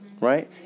Right